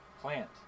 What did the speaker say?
plant